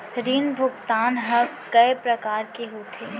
ऋण भुगतान ह कय प्रकार के होथे?